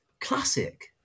Classic